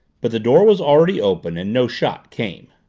but the door was already open and no shot came.